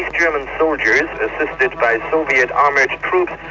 yeah german soldiers, assisted by soviet armoured troops,